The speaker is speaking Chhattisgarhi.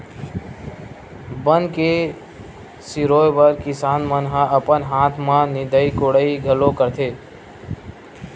बन के सिरोय बर किसान मन ह अपन हाथ म निंदई कोड़ई घलो करथे